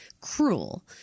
cruel